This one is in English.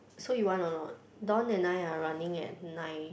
so you want or not Don and I are running at nine